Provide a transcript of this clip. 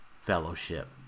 fellowship